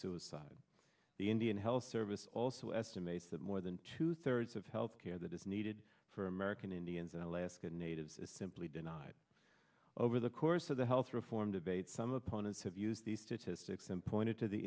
suicide the indian health service also estimates that more than two thirds of health care that is needed for american indians and alaska natives is simply denied over the course of the health reform debate some opponents have used the statistics and pointed to the